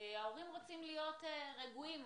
ההורים רוצים להיות רגועים